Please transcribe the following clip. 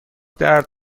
درد